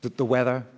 the weather